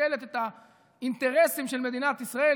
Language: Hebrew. ששוקלת את האינטרסים של מדינת ישראל,